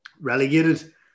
relegated